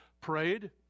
prayed